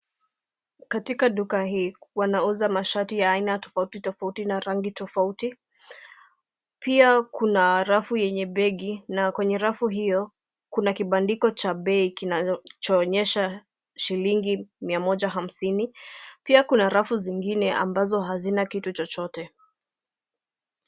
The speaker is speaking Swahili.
Katika duka hii wanauza mashati ya aina tofauti tofauti na rangi tofauti. Pia kuna rafu yenye begi na kwenye rafu hiyo, kuna kibandiko cha bei kinachoonyesha shilingi mia moja hamsini. Pia kuna rafu zingine ambazo hazina kitu chochote.